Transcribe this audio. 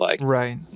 Right